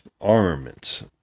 armaments